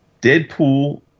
Deadpool